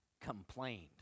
complained